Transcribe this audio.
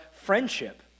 friendship